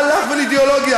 מה לך ולאידיאולוגיה,